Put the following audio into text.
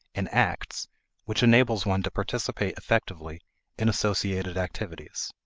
and acts which enables one to participate effectively in associated activities.